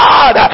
God